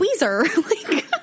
Tweezer